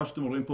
מה שאתם רואים פה